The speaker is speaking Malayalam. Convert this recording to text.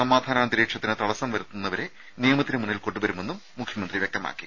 സമാധാന അന്തരീക്ഷത്തിന് തടസ്സം വരുത്തുന്നവരെ നിയമത്തിന് മുന്നിൽ കൊണ്ടുവരുമെന്നും മുഖ്യമന്ത്രി വ്യക്തമാക്കി